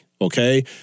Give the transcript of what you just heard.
Okay